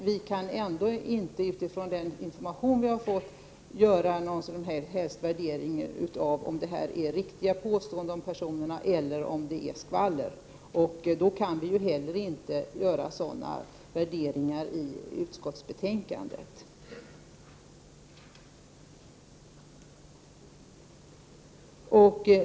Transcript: Vi kan ändå inte utifrån den information vi har fått göra någon som helst värdering av om det här är riktiga påståenden om personerna eller om det är skvaller. Då kan vi heller inte göra sådana värderingar i utskottsbetänkandet.